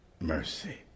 mercy